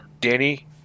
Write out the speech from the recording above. Danny